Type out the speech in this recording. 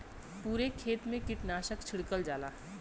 पुरे खेत मे कीटनाशक छिड़कल जाला